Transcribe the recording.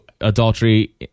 adultery